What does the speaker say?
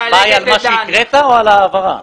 ההצבעה היא על מה שהקראת או על ההעברה?